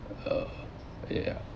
uh yeah